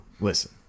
Listen